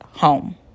home